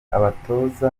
abatoza